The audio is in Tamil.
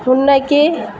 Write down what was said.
முன்னோக்கி